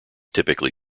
typically